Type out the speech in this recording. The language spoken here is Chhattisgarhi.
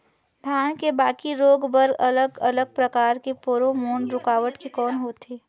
धान के बाकी रोग बर अलग अलग प्रकार के फेरोमोन रूकावट के कौन होथे?